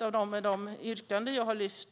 En av dem gäller det yrkande jag har gjort.